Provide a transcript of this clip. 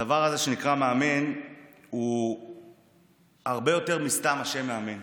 הדבר הזה שנקרא מאמן הוא הרבה יותר מסתם השם "מאמן".